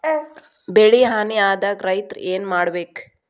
ಬೆಳಿ ಹಾನಿ ಆದಾಗ ರೈತ್ರ ಏನ್ ಮಾಡ್ಬೇಕ್?